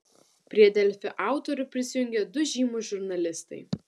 prie delfi autorių prisijungė du žymūs žurnalistai